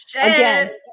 Again